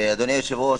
אדוני היושב-ראש,